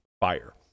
fire